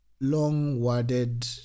long-worded